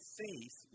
faith